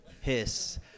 Hiss